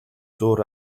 зуур